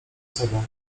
sobą